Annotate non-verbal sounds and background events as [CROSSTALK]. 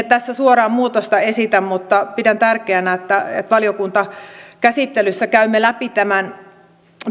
[UNINTELLIGIBLE] tässä suoraan muutosta esitä mutta pidän tärkeänä että valiokuntakäsittelyssä käymme läpi tämän